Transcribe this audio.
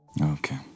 Okay